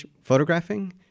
photographing